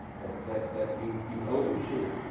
that that you you overshoot.